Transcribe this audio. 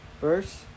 First